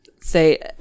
Say